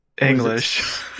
English